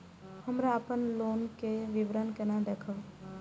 हमरा अपन लोन के विवरण केना देखब?